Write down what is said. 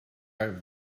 have